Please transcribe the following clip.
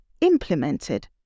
implemented